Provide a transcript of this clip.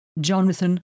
Jonathan